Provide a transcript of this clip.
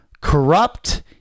corrupt